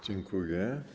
Dziękuję.